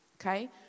okay